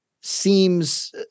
seems